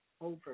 over